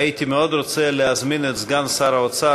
הייתי מאוד רוצה להזמין את סגן שר האוצר